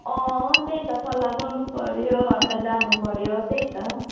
त्यही त सल्लाह गर्नु पर्यो अन्त जानु पर्यो त्यही त